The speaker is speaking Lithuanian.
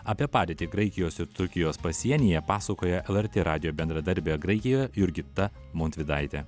apie padėtį graikijos turkijos pasienyje pasakoja lrt radijo bendradarbė graikijoje jurgita montvydaitė